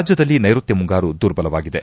ರಾಜ್ಞದಲ್ಲಿ ನೈಋತ್ಯ ಮುಂಗಾರು ದುರ್ಬಲವಾಗಿದೆ